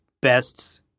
bests